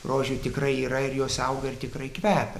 rožių tikrai yra ir jos auga ir tikrai kvepia